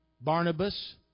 Barnabas